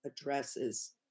addresses